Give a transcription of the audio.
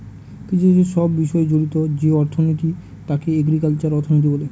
কৃষিকাজের সব বিষয় জড়িত যে অর্থনীতি তাকে এগ্রিকালচারাল অর্থনীতি বলে